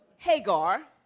Hagar